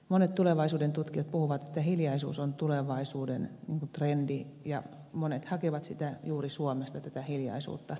monet tulevaisuudentutkijat puhuvat että hiljaisuus on tulevaisuuden trendi ja monet hakevat juuri suomesta tätä hiljaisuutta